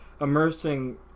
immersing